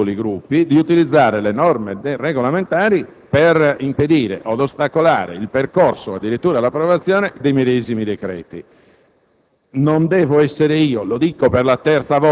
è data facoltà ai singoli Gruppi di utilizzare le norme regolamentari per impedire od ostacolare il percorso o addirittura l'approvazione dei medesimi decreti.